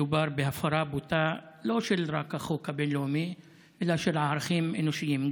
מדובר בהפרה בוטה לא רק של החוק הבין-לאומי אלא של ערכים אנושיים.